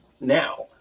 now